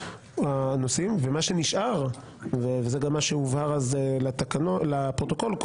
וזה גם מה שהובהר אז לפרוטוקול,